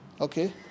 okay